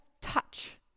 touch